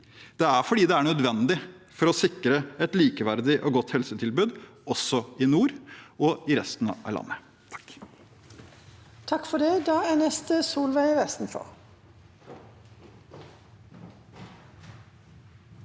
Det er fordi det er nødvendig for å sikre et likeverdig og godt helsetilbud også i nord og i resten av landet.